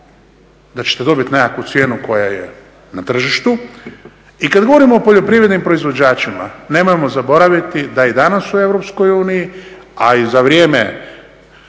da ćete dobiti nekakvu cijenu koja je na tržištu. I kada govorimo o poljoprivrednim proizvođačima nemojmo zaboraviti da i danas u EU, a i za vrijeme